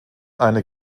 eine